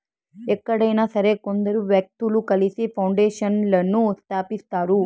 ఎక్కడైనా సరే కొందరు వ్యక్తులు కలిసి పౌండేషన్లను స్థాపిస్తారు